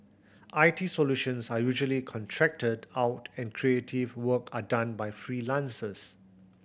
I T solutions are usually contracted out and creative work are done by freelancers